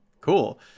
cool